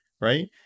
right